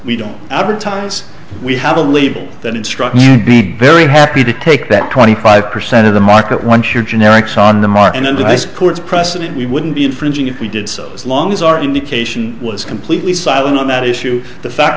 we don't advertise we have a label that instruct you very happy to take that twenty five percent of the market once you're generics on the market and dice court's precedent we wouldn't be infringing if we did so as long as our indication was completely silent on that issue the fact